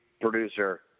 producer –